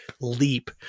leap